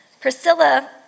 Priscilla